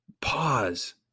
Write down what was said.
Pause